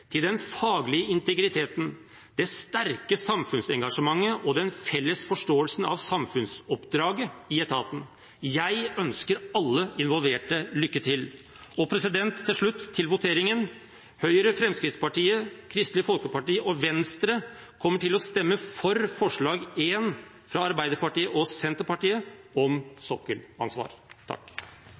til den faglige integriteten, det sterke samfunnsengasjementet og den felles forståelsen av samfunnsoppdraget i etaten. Jeg ønsker alle involverte lykke til. Til slutt – til voteringen: Høyre, Fremskrittspartiet, Kristelig folkeparti og Venstre kommer til å stemme for forslag 1, fra Arbeiderpartiet og Senterpartiet, om sokkelansvar.